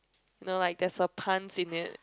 no like there's a puns in it